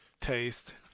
taste